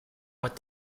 what